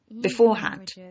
beforehand